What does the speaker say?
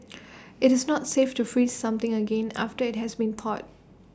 IT is not safe to freeze something again after IT has been thawed